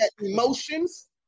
Emotions